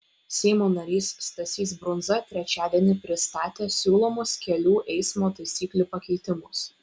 seimo narys stasys brundza trečiadienį pristatė siūlomus kelių eismo taisyklių pakeitimus